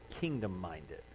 kingdom-minded